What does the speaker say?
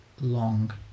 long